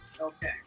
Okay